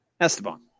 Esteban